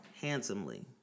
handsomely